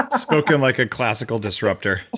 ah spoken like a classical disrupter.